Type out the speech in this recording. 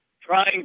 trying